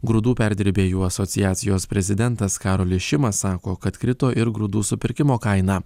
grūdų perdirbėjų asociacijos prezidentas karolis šimas sako kad krito ir grūdų supirkimo kaina